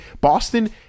Boston